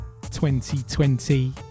2020